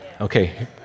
Okay